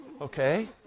okay